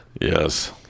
Yes